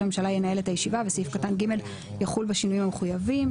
הממשלה ינהל את הישיבה וסעיף קטן (ג) יחול בשינויים המחויבים.